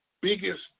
biggest